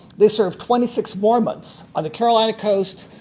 they served twenty six more months on the carolina coast.